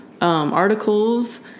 articles